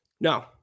No